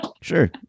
sure